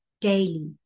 daily